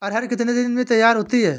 अरहर कितनी दिन में तैयार होती है?